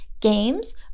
games